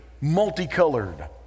multicolored